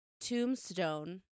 Tombstone